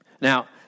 Now